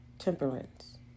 Temperance